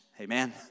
Amen